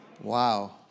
Wow